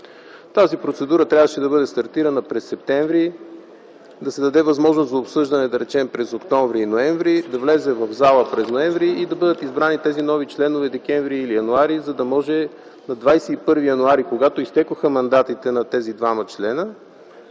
Тази процедура трябваше да бъде стартирана през м. септември, да се даде възможност за обсъждане, да речем, през октомври и ноември, да влезе в залата през м. ноември и тези нови членове да бъдат избрани през декември или януари, за да може на 21 януари, когато изтекоха мандатите на тези двама членове,